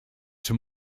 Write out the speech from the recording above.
czy